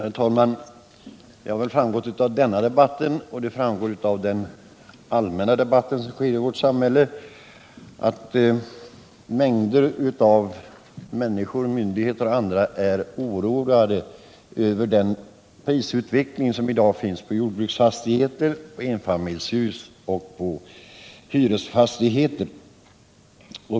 Herr talman! Det har framgått av denna debatt och det framgår av den allmänna debatten i vårt samhälle att mängder av människor, myndigheter och andra är oroade över prisutvecklingen på jordbruksfastigheter, enfamiljshus och hyresfastigheter.